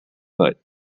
foot